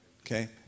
okay